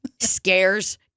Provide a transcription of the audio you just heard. scares